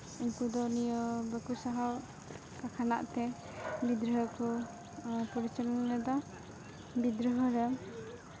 ᱩᱱᱠᱩ ᱫᱚ ᱱᱤᱭᱟᱹ ᱵᱟᱠᱚ ᱥᱟᱦᱟᱣ ᱞᱮᱠᱟᱱᱟᱜ ᱛᱮ ᱜᱤᱫᱽᱨᱟᱹ ᱠᱚ ᱯᱚᱨᱤᱪᱟᱞᱚᱱᱟ ᱞᱮᱫᱟ ᱵᱤᱫᱨᱳᱦᱚᱸ ᱨᱮ